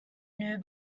new